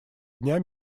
дня